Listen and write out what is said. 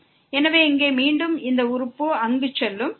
எனவே இந்த ஈவு விதி படி இங்கே மீண்டும் இந்த உறுப்பு அங்கு செல்லும்